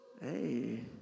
Hey